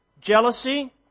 jealousy